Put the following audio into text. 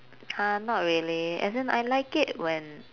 uh not really as in I like it when